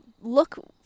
look